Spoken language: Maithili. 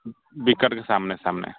विकेटके सामने सामने